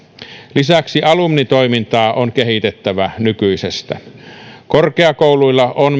lisäksi alumnitoimintaa on kehitettävä nykyisestä korkeakouluilla on